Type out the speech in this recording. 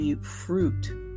fruit